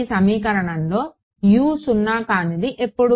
ఈ సమీకరణంలో U సున్నా కానిది ఎప్పుడు